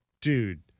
Dude